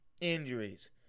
injuries